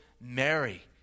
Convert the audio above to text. Mary